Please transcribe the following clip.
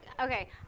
okay